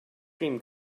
cream